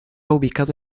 ubicado